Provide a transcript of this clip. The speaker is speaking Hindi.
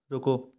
रुको